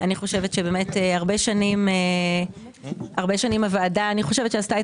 אני חושבת שבאמת הרבה שנים הוועדה עשתה את